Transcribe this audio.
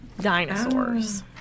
Dinosaurs